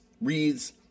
reads